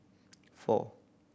four